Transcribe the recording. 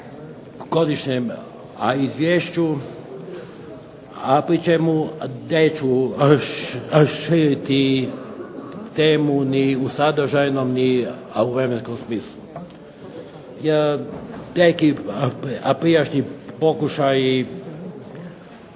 godišnjem izvješću, a pri čemu neću širiti temu ni u sadržajnom ni u vremenskom smislu. Neki prijašnji pokušaji